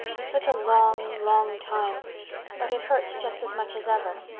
it's such a long, long time but it hurts just as much as ever.